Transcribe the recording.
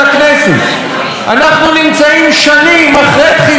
אנחנו נמצאים שנים אחרי תחילת פעולתה של הממשלה.